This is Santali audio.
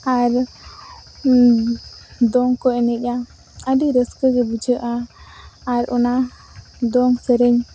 ᱟᱨ ᱫᱚᱝᱠᱚ ᱮᱱᱮᱡᱟ ᱟᱹᱰᱤ ᱨᱟᱹᱥᱠᱟᱹᱜᱮ ᱵᱩᱡᱷᱟᱹᱜᱼᱟ ᱟᱨ ᱚᱱᱟ ᱫᱚᱝ ᱥᱮᱨᱮᱧ